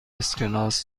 اسکناس